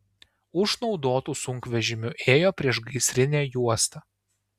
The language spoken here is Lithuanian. už naudotų sunkvežimių ėjo priešgaisrinė juosta